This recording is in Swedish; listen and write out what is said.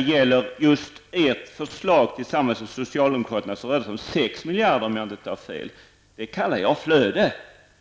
I fråga om just ert och socialdemokraternas förslag rörde det sig, om jag inte tar fel, om 6 miljarder kronor. Detta kallar jag flöde.